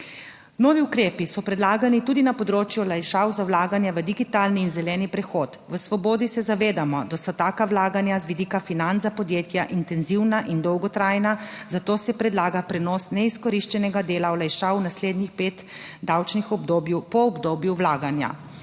Novi ukrepi so predlagani tudi na področju olajšav za vlaganje v digitalni in zeleni prehod. V Svobodi se zavedamo, da so taka vlaganja z vidika financ za podjetja intenzivna in dolgotrajna, zato se predlaga prenos neizkoriščenega dela olajšav naslednjih pet davčnih obdobij po obdobju vlaganja.